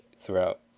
throughout